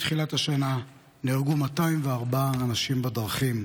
מתחילת השנה נהרגו 204 אנשים בדרכים,